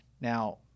Now